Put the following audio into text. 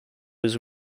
his